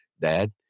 dad